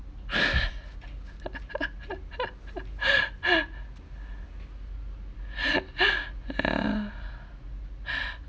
ya